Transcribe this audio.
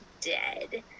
dead